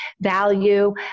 value